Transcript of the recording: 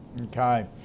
Okay